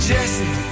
Jesse